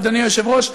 אדוני היושב-ראש,